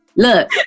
Look